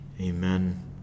Amen